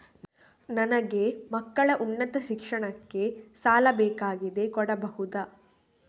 ನನಗೆ ಮಕ್ಕಳ ಉನ್ನತ ಶಿಕ್ಷಣಕ್ಕೆ ಸಾಲ ಬೇಕಾಗಿದೆ ಕೊಡಬಹುದ?